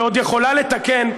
שעוד יכולה לתקן,